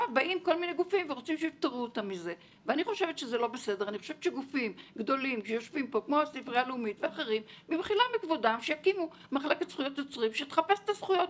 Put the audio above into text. אני עוד זוכר עולם